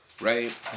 Right